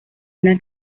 una